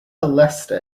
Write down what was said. leicester